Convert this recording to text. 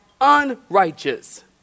unrighteous